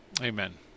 Amen